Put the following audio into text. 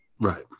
Right